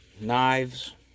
knives